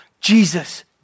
Jesus